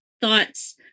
thoughts